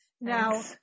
Now